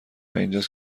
اینجاست